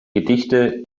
gedichte